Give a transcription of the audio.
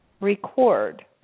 record